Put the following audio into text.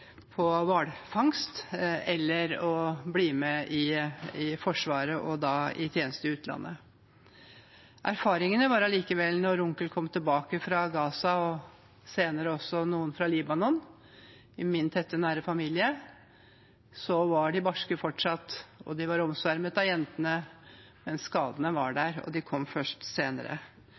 hvalfangst eller å bli med i Forsvaret, og da i tjeneste i utlandet. Erfaringene var likevel at da onkel kom tilbake fra Gaza og senere også noen fra Libanon – i min nære familie – var de barske fortsatt, og de var omsvermet av jentene, men skadene var der, og de kom først senere.